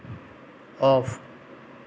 off